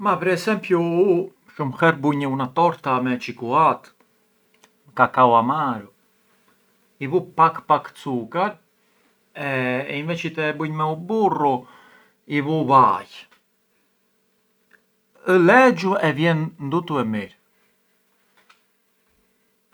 Ma per esempiu u bunj na torata me çikullat, cacao amaro, i vu pak pak cukar e inveci të e bunj me u burru i vu vaj, ë lexhu e ndutu e mirë.